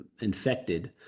infected